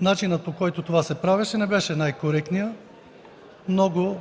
начинът, по който това се правеше, не беше най-коректният. Много